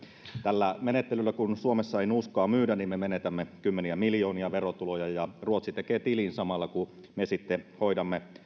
tällä menettelyllä kun suomessa ei nuuskaa myydä me menetämme kymmeniä miljoonia verotuloja ja ruotsi tekee tilin samalla kun me sitten hoidamme